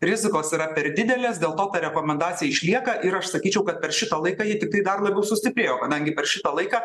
rizikos yra per didelės dėl to ta rekomendacija išlieka ir aš sakyčiau kad per šitą laiką ji tiktai dar labiau sustiprėjo kadangi per šitą laiką